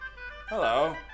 Hello